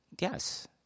Yes